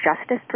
justice